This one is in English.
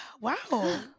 Wow